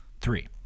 Three